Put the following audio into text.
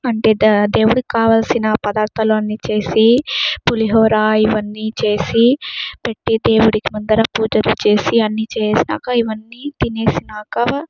అంటే ద దేవుడికి కావాల్సిన పదార్ధాలు అన్నీ చేసి పులిహోర ఇవన్నీ చేసి పెట్టి దేవుడికి పూజలు అన్నీ చేసినాక ఇవన్నీ తినేసినాక